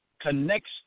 connects